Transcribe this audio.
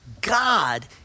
God